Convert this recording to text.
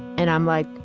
and i'm like,